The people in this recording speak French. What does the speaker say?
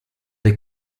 des